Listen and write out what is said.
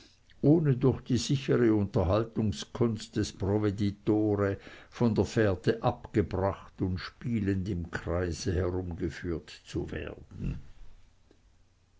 ohne durch die sichere unterhaltungskunst des provveditore von der fährte abgebracht und spielend im kreise herumgeführt zu werden